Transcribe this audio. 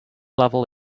level